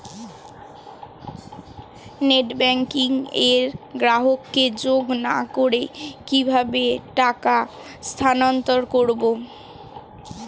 Net banking এ গ্রাহককে যোগ না করে কিভাবে টাকা স্থানান্তর করব?